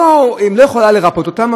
שהיא לא יכולה לרפא אותם,